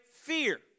fear